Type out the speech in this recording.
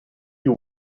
you